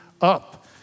up